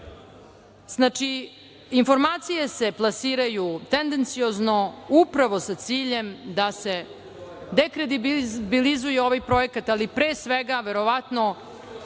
informacije se plasiraju tendenciozno, upravo sa ciljem da se dekredibilizuje ovaj projekat, ali pre svega verovatno